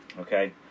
Okay